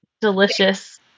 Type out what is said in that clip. delicious